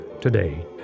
today